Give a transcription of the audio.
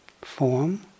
form